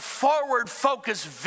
forward-focused